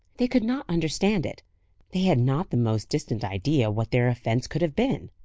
they could not understand it they had not the most distant idea what their offence could have been.